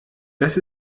das